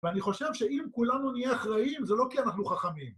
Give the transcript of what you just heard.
ואני חושב שאם כולנו נהיה אחראים זה לא כי אנחנו חכמים.